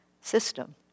system